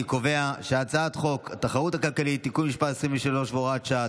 אני קובע שהצעת חוק התחרות הכלכלית (תיקון מס' 23 והוראת שעה),